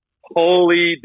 holy